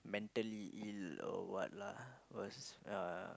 mentally ill or what lah because ya